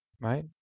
right